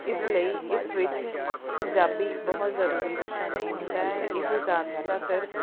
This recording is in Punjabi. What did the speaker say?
ਇਸ ਲਈ ਇਸ ਵਿੱਚ ਪੰਜਾਬੀ ਬਹੁਤ ਜ਼ਰੂਰੀ ਵਿਸ਼ਾ ਨਹੀਂ ਹੁੰਦਾ ਹੈ ਇਹ ਜ਼ਿਆਦਾਤਰ